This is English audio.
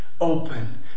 open